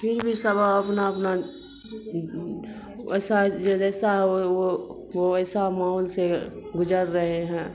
پھر بھی سب اپنا اپنا ایسا ہے جو جیسا وہ ایسا ماحول سے گزر رہے ہیں